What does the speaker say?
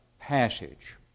passage